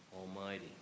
Almighty